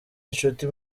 inshuti